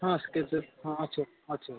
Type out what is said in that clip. ହଁ ହଁ ଅଛି ଅଛି ଅଛି